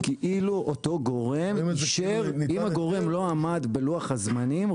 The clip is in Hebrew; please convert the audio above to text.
אם הגורם לא עמד בלוח הזמנים,